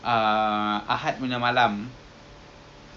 it's like chicken chicken and all